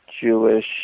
Jewish –